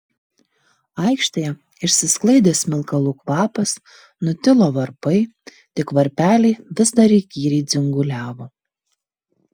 aikštėje išsisklaidė smilkalų kvapas nutilo varpai tik varpeliai vis dar įkyriai dzinguliavo